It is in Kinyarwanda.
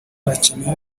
arakenewe